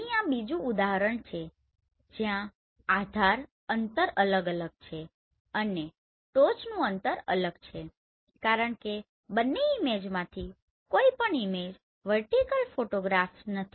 અહીં આ બીજું ઉદાહરણ છે જ્યાં આધાર અંતર અલગ છે અને ટોચનું અંતર અલગ છે કારણ કે બંને ઈમેજોમાંથી કોઈ પણ ઈમેજ વર્ટીકલ ફોટોગ્રાફ્સ નથી